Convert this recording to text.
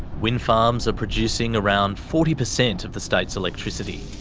wind farms are producing around forty percent of the state's electricity.